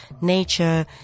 nature